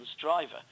driver